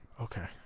Okay